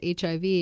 HIV